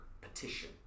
petition